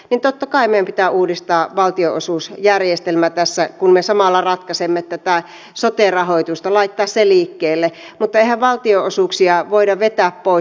totta kai meidän pitää uudistaa valtionosuusjärjestelmä tässä samalla kun me ratkaisemme tätä sote rahoitusta pitää laittaa se liikkeelle mutta eihän valtionosuuksia voida vetää pois